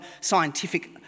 scientific